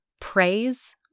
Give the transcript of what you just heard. praise